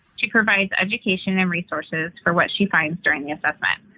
she provides education and resources for what she finds during the assessment.